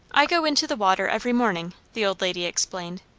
i go into the water every morning, the old lady explained.